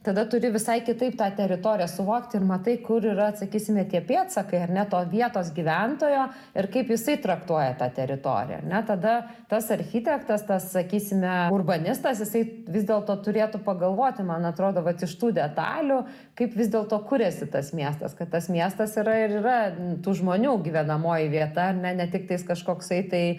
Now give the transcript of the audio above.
tada turi visai kitaip tą teritoriją suvokt ir matai kur yra vat sakysime tie pėdsakai ar ne to vietos gyventojo ir kaip jisai traktuoja tą teritoriją ar ne tada tas architektas tas sakysime urbanistas jisai vis dėlto turėtų pagalvoti man atrodo vat iš tų detalių kaip vis dėlto kuriasi tas miestas kad tas miestas yra ir yra tų žmonių gyvenamoji vieta ar ne ne tiktais kažkoksai tai